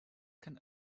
can